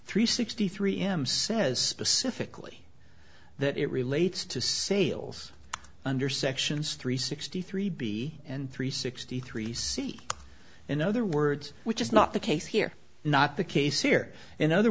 three sixty three m says pacifically that it relates to sales under sections three sixty three b and three sixty three c in other words which is not the case here not the case here in other